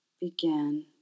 begin